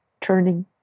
turning